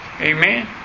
Amen